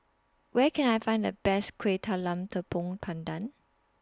Where Can I Find The Best Kuih Talam Tepong Pandan